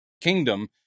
kingdom